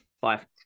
five